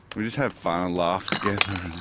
we just have fun and laugh together.